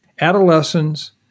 Adolescents